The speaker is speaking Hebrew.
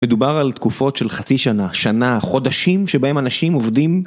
מדובר על תקופות של חצי שנה, שנה, חודשים שבהם אנשים עובדים.